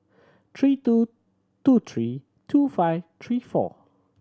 three two two three two five three four